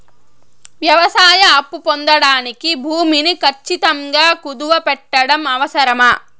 వ్యవసాయ అప్పు పొందడానికి భూమిని ఖచ్చితంగా కుదువు పెట్టడం అవసరమా?